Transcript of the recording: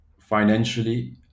financially